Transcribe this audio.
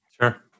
Sure